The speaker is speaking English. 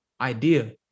idea